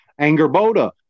Angerboda